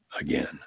again